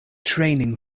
training